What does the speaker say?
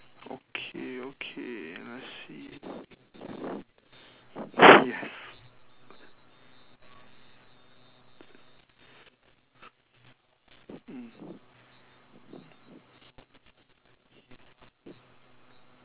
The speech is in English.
okay okay let's see yes